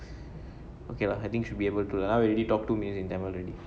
okay lah I think should be able to ah we already talk two minutes in tamil already